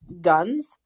guns